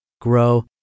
grow